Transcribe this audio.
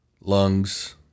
lungs